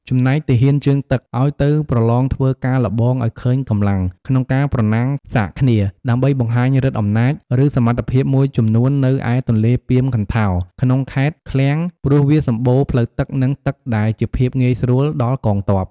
ចំណែកទាហានជើងទឹក ឱ្យទៅប្រឡងធ្វើការល្បងឲ្យឃើញកម្លាំង ឬការប្រណាំងសាកគ្នា ដើម្បីបង្ហាញឫទ្ធិអំណាច ឬសមត្ថភាពមួយចំនួននៅឯទន្លេពាមកន្ថោរ ក្នុងខេត្តឃ្លាំងព្រោះវាសម្បូរផ្លូវទឹក នឹងទឹកដែលជាភាពងាយស្រួលដល់កងទ័ព។